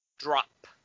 Drop